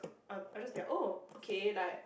uh um I just be like oh okay like